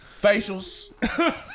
Facials